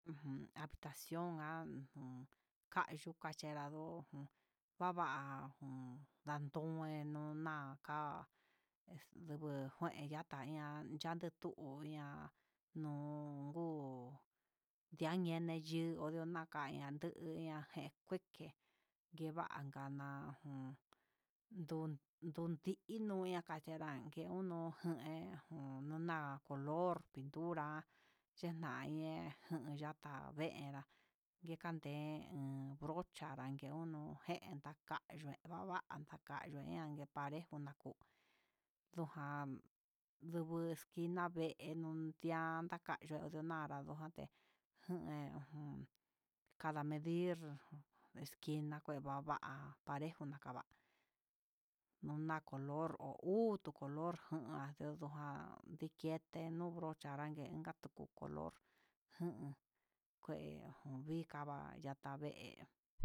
Ujun avitacion jan ujun kayuka axherado, va'a jun ndando ennan nun najá nigue nijueya, tanya nanchi tuu ya'á há nuu ngu dia ndene yuu onrio nakai en nanduña ngue jeke'e, nguevan jana jun ndun ndino ñakacherangue unó nguen jun nuná, color pintura chenan ngen yan, ata verá kandeen brocha nrangue uno nguen, ndakene ndava'a ndakayo yangue parejo kuu ndojan, nduju esquina veenun ndian nakayuu yundana nro'o ndé, jen en jun kada medir esquina kue vava parejo, nonakava'a na'a color ho utu color jan ha ndojan ndiki kete yon jaran guen, inka kutu color jan kué ubika va'a yata vee.